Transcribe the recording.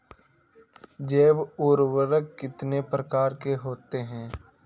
जैव उर्वरक कितनी प्रकार के होते हैं?